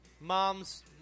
Moms